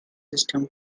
system